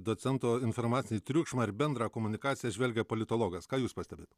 docento informacinį triukšmą ir bendrą komunikaciją žvelgia politologas ką jūs pastebit